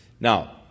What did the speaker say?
Now